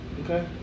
okay